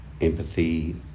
empathy